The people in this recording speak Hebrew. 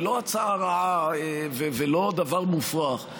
היא לא הצעה רע ולא דבר מופרך,